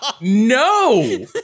no